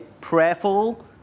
prayerful